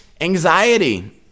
anxiety